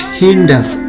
hinders